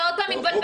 אתה עוד פעם מתבלבל.